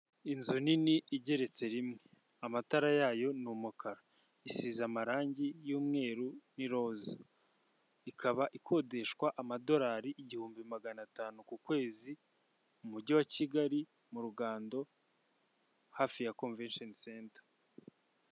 Inzu nini igeretse rimwe amatara yayo ni umukara, isize amarangi y'umweru n'roza, ikaba ikodeshwa amadolari igihumbi magana atanu ku kwezi mu mujyi wa Kigali mu Rugando hafi ya komvesheni senta.